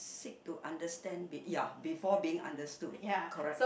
seek to understand be ya before being understood correct